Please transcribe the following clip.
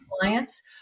clients